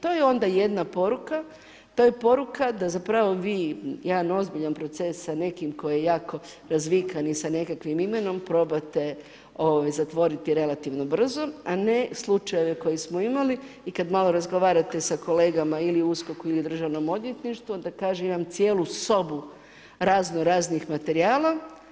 To je onda jedna poruka, to je poruka, da zapravo vi, jedan ozbiljan proces sa nekim, tko je jako razvikani i sa nekakvim imenom, probate zatvoriti relativno brzo, a ne slučajeve koje smo imali i kada malo razgovarate sa kolegama ili u USKOK-u ili u Državnom odvjetništvu, onda kaže imam cijelu sobu, razno raznih materijala.